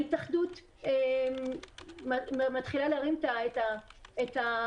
ההתאחדות מתחילה להרים את הכפפה,